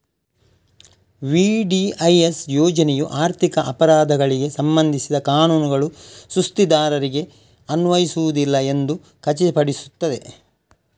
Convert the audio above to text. VDIS ಯೋಜನೆಯು ಆರ್ಥಿಕ ಅಪರಾಧಗಳಿಗೆ ಸಂಬಂಧಿಸಿದ ಕಾನೂನುಗಳು ಸುಸ್ತಿದಾರರಿಗೆ ಅನ್ವಯಿಸುವುದಿಲ್ಲ ಎಂದು ಖಚಿತಪಡಿಸುತ್ತದೆ